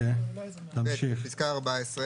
אני ממשיך בקריאה: (ב)בפסקה (14)